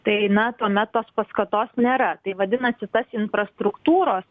tai na tuomet tos paskatos nėra tai vadinasi tas infrastruktūros